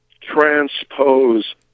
transpose